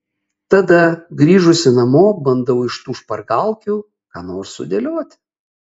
tada grįžusi namo bandau iš tų špargalkių ką nors sudėlioti